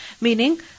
Meaning